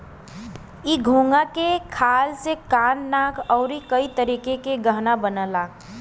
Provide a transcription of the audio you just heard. इ घोंघा के खाल से कान नाक आउर कई तरह के गहना बनला